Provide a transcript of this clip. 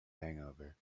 hangover